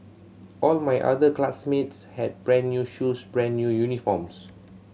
all my other classmates had brand new shoes brand new uniforms